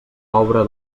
obra